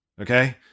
okay